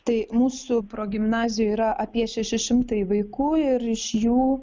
tai mūsų progimnazijoj yra apie šeši šimtai vaikų ir iš jų